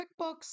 QuickBooks